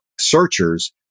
searchers